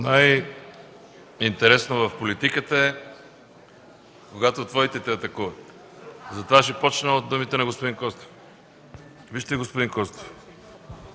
Най-интересно в политиката е, когато твоите те атакуват. Затова ще започна от думите на господин Костов. Господин Костов,